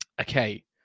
Okay